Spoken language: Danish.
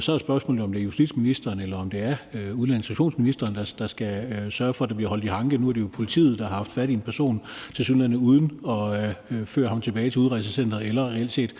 Så er spørgsmålet jo, om det er justitsministeren, eller om det er udlændinge- og integrationsministeren, der skal sørge for, at der er hånd i hanke med det. Nu er det jo politiet, der har haft fat i en person tilsyneladende uden at føre ham tilbage til udrejsecenteret eller reelt set